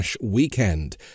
weekend